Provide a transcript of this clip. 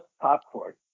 popcorn